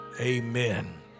Amen